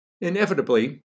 Inevitably